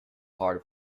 hard